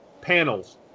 panels